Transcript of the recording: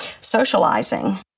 socializing